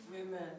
Amen